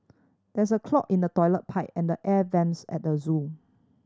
there is a clog in the toilet pipe and the air vents at the zoo